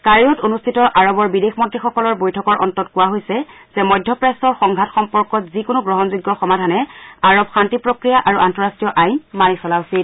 কাইৰত অনুষ্ঠিত আৰৱৰ বিদেশ মন্ত্ৰীসকলৰ বৈঠকৰ অন্তত কোৱা হৈছে যে মধ্য প্ৰাচ্যৰ সংঘাত সম্পৰ্কত যিকোনো গ্ৰহণযোগ্য সমাধানে আৰৱ শান্তি প্ৰক্ৰিয়া আৰু আন্তঃৰাষ্টীয় আইন মানি চলা উচিত